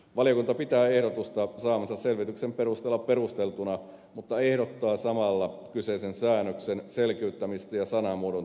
valiokunta pitää ehdotusta saamansa selvityksen perusteella perusteltuna mutta ehdottaa samalla kyseisen säännöksen selkiyttämistä ja sanamuodon täsmentämistä